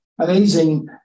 amazing